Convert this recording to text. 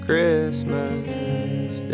Christmas